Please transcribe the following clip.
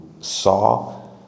saw